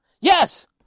Yes